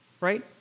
Right